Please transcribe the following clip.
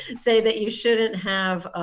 and say that you shouldn't have